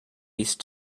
least